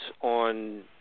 on